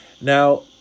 Now